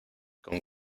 con